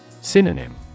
Synonym